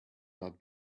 not